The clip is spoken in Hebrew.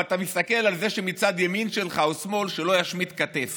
אבל אתה מסתכל על זה שמצד ימין שלך או מצד שמאל שלא ישמוט כתף